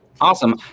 awesome